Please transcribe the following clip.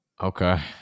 Okay